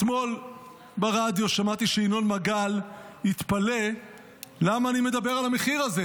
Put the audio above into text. אתמול שמעתי ברדיו שינון מגל התפלא למה אני מדבר על המחיר הזה